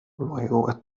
luego